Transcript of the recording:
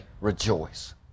rejoice